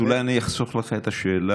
אז אולי אני אחסוך לך את השאלה.